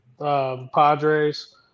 Padres